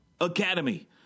Academy